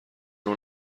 اون